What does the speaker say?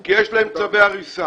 כי יש להם צווי הריסה.